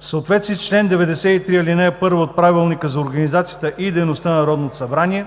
съответствие с чл. 93, ал. 1 от Правилника за организацията и дейността на Народното събрание